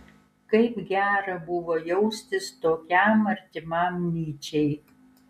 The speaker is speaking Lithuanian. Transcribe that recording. kaip gera buvo jaustis tokiam artimam nyčei